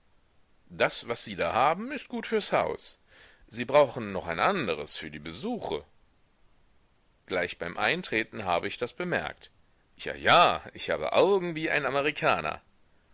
das was sie da haben ist gut fürs haus sie brauchen noch noch ein andres für die besuche gleich beim eintreten habe ich das bemerkt ja ja ich habe augen wie ein amerikaner